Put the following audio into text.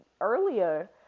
earlier